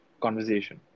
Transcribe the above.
conversation